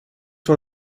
van